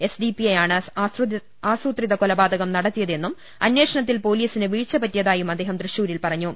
SDPI ആണ് ആസൂത്രിക കൊലപാതകം നടത്തിയതെന്നും അന്വേഷണത്തിൽ പൊലീസിന് വീഴ്ച പറ്റിയ തായും അദ്ദേഹം തൃശൂരിൽ പറഞ്ഞു